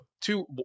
two